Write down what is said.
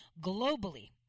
globally